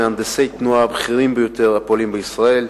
מהנדסי תנועה מהבכירים ביותר הפועלים בישראל,